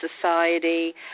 society